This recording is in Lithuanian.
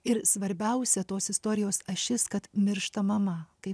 ir svarbiausia tos istorijos ašis kad miršta mama kai